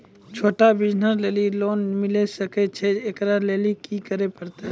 छोटा बिज़नस लेली लोन मिले सकय छै? एकरा लेली की करै परतै